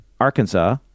arkansas